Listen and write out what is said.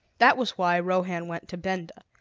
that was why rohan went to benda,